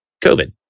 COVID